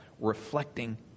reflecting